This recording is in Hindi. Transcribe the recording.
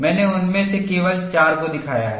मैंने उनमें से केवल चार को दिखाया है